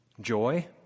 Joy